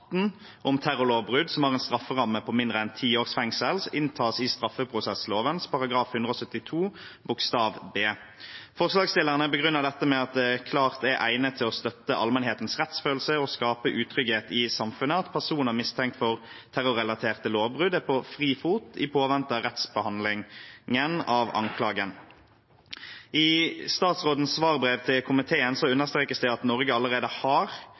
18 om terrorlovbrudd som har en strafferamme på mindre enn ti års fengsel, inntas i straffeprosessloven § 172 b. Forslagsstillerne begrunner dette med at «det klart er egnet til å støte allmennhetens rettsfølelse og skape utrygghet i samfunnet at personer mistenkt for terrorrelaterte lovbrudd er på frifot i påvente av rettsbehandlingen av anklagen». I statsrådens svarbrev til komiteen understrekes: «Norge har allerede måttet tåle kritikk fra blant annet internasjonale overvåkingsorganer for vår varetektspraksis. Det